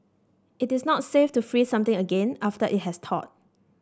it is not safe to freeze something again after it has thawed